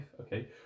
okay